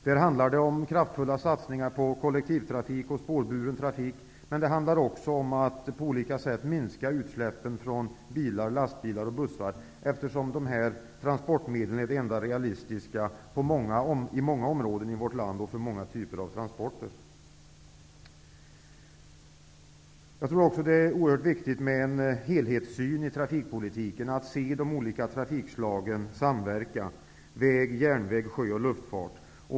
Det handlar om kraftfulla satsningar på kollektivtrafik och spårburen trafik, men det handlar också om att på olika sätt minska utsläppen från bilar, lastbilar och bussar, eftersom dessa transportmedel är de enda realistiska för många typer av transporter i flera områden i vårt land. Det är oerhört viktigt med en helhetssyn i trafikpolitiken. De olika trafikslagen skall samverka -- väg, järnväg, sjö och luftfart.